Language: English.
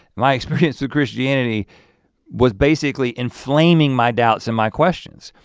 my experience through christianity was basically inflaming my doubts and my questions.